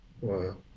wow